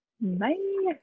Bye